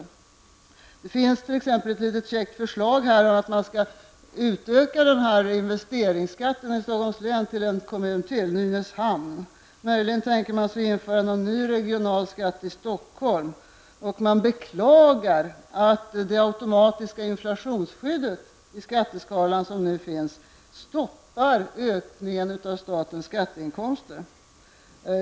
Propositionen innehåller t.ex. ett litet käckt förslag om att investeringsskatten skall utökas i Stockholms län till att omfatta ytterligare en kommun, Nynäshamn. Man tänker sig möjligen att införa en ny regional skatt i Stockholm och man beklagar att det automatiska inflationsskyddet som nu finns i skatteskalan stoppar ökningen av statens skatteinkomster.